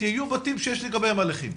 יהיו בתים שיש לגביהם הליכים,